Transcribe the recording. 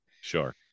Sure